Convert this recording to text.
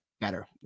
better